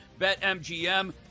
betmgm